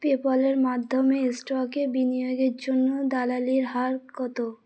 পেপ্যালের মাধ্যমে স্টকে বিনিয়োগের জন্য দালালির হার কত